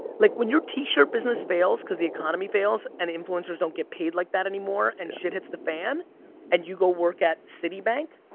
like when your t-shirt business fails cause the economy fails and influencers don't get paid like that anymore and shit hits the fan and you go work at citibank,